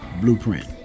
blueprint